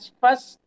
first